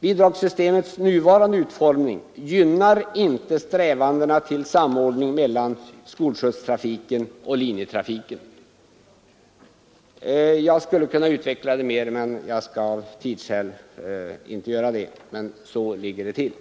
Bidragssystemets nuvarande utformning gynnar inte strävandena till samordning mellan skolskjutstrafiken och linjetrafiken. Av tidsskäl skall jag inte utveckla detta ytterligare, men så ligger det till.